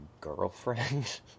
girlfriend